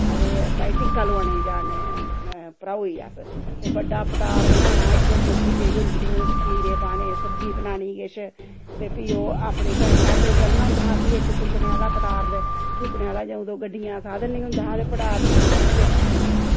आ ते भई टिक्का लोआने गी जान दे भ्राऊ गी अस ते बड्डा पटार बनाना इक टोकरी जेही होंदी ही ओह्दे च खमीरे पाने सब्ज़ी बनानी किश ते फ्ही ओह् अपनी भैन पैदल चलना होंदा हा फ्ही इक च चुक्कने आह्ला पटार चुक्कने आह्ला जदूं गड्डियां दे साधन नी होंदा हा ते पटार चुक्कने आह्ले लेना कन्नै